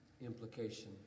implication